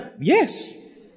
Yes